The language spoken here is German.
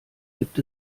gibt